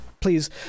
please